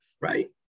Right